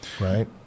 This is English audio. right